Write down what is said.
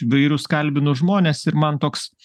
įvairius kalbinu žmones ir man toks